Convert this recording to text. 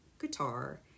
guitar